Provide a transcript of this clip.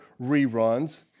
reruns